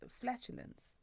flatulence